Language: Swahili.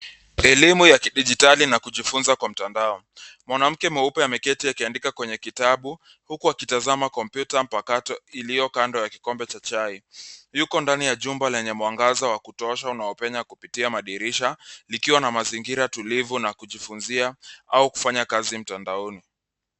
Elimu ya kidijitali na kujifuza kwa mtandao. Mwanamke mweupe ameketi akiandika kwenye kitabu uku akitazama kompyuta mpakato iliokando ya kikombe cha chai. Yuko ndani ya jumba lenye mwangaza wa kutosha unaopenya kupitia madirisha, likiwa na mazingira tulivu na kujifuzia au kufanya kazi mtandaoni.